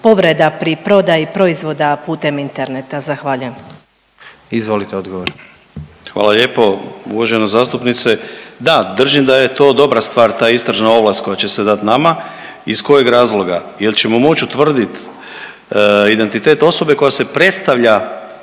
Gordan (HDZ)** Izvolite odgovor. **Mikulić, Andrija (HDZ)** Hvala lijepo. Uvažena zastupnice, da, držim da je to dobra stvar ta istražna ovlast koja će se dati nama. Iz kojeg razloga? Jer ćemo moći utvrditi identitet osobe koja se predstavlja